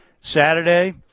Saturday –